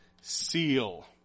Seal